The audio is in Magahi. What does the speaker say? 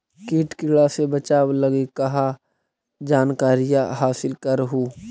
किट किड़ा से बचाब लगी कहा जानकारीया हासिल कर हू?